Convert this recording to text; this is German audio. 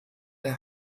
der